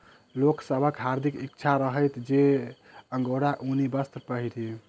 लोक सभक हार्दिक इच्छा रहैत छै जे अंगोराक ऊनी वस्त्र पहिरी